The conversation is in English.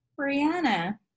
Brianna